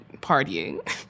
partying